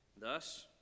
Thus